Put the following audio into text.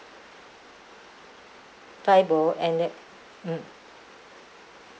five bowl and then mm